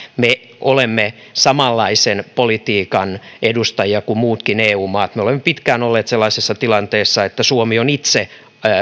me olemme samanlaisen politiikan edustajia kuin muutkin eu maat me olemme pitkään olleet sellaisessa tilanteessa että suomi on itse